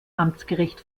amtsgericht